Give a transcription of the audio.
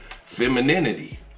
femininity